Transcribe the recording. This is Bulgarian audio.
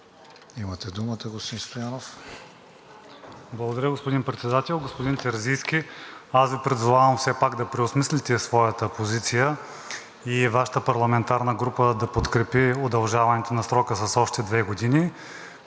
КОСТА СТОЯНОВ (ВЪЗРАЖДАНЕ): Благодаря, господин Председател. Господин Терзийски, аз Ви призовавам все пак да преосмислите своята позиция и Вашата парламентарна група да подкрепи удължаването на срока с още две години,